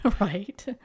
Right